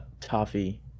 toffee